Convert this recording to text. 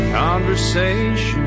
conversation